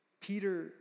Peter